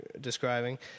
describing